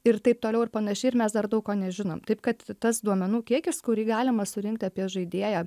ir taip toliau ir panašiai ir mes dar daug ko nežinom taip kad tas duomenų kiekis kurį galima surinkti apie žaidėją